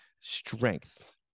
strength